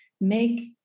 make